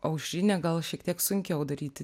o aušrinę gal šiek tiek sunkiau daryti